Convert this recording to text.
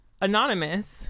anonymous